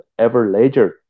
Everledger